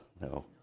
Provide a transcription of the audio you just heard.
No